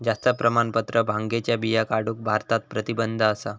जास्त प्रमाणात भांगेच्या बिया काढूक भारतात प्रतिबंध असा